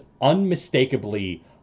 unmistakably